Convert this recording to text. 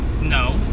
no